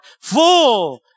full